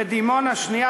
ודימונה שנייה,